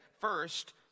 First